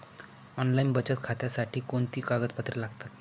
Online बचत खात्यासाठी कोणती कागदपत्रे लागतात?